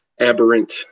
aberrant